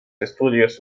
estudios